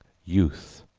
youth,